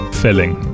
filling